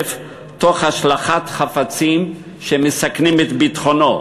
תוך השלכת חפצים שמסכנים את ביטחונו,